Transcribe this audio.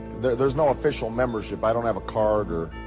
there's no official membership. i don't have a card or,